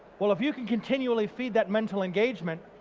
well if you can continually feed that mental engagement,